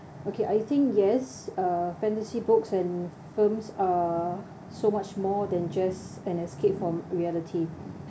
okay I think yes uh fantasy books and films are so much more than just an escape from reality